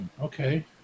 okay